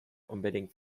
unbedingt